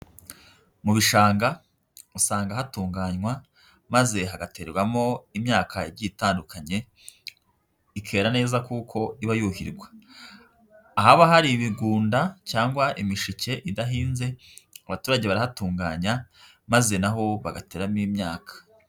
Mu bishanga, usanga hatunganywa, maze hagaterwamo imyaka igiye itandukanye, ikera neza kuko iba yuhirwa. Ahaba hari ibigunda cyangwa imishike idahinze, abaturage barahatunganya maze na ho bagateramo imyaka.